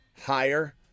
Higher